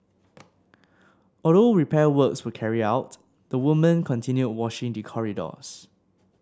although repair works were carried out the woman continued washing the corridors